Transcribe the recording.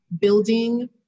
building